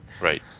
Right